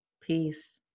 peace